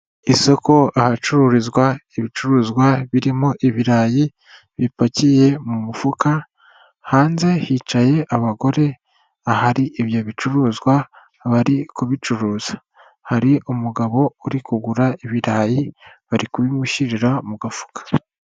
Isoko ahacururizwa ibicuruzwa birimo ibirayi bipakiye mu mufuka, hanze hicaye abagore ahari ibyo bicuruzwa bari kubicuruza. hari umugabo uri kugura ibirayi bari kubimushyirira mu gafuka.